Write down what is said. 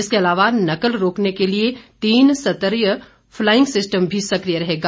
इसके अलावा नकल रोकने के लिए तीन स्तरीय फलाईग सिस्टम भी सक्रिय रहेगा